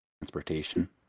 transportation